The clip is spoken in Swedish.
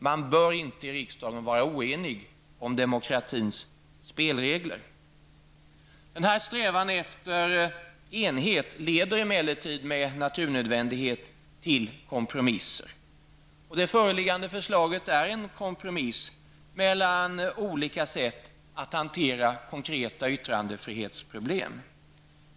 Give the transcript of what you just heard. Man bör inte vara oenig i riksdagen om demokratins spelregler. Denna strävan efter enighet leder dock med naturnödvändighet till kompromisser. Det föreliggande förslaget är en kompromiss mellan olika sätt att hantera konkreta yttrandefrihetsproblem.